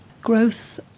growth